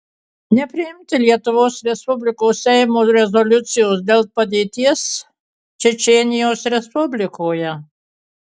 nepriimti lietuvos respublikos seimo rezoliucijos dėl padėties čečėnijos respublikoje